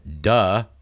duh